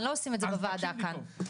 לא עושים את זה בוועדה כאן.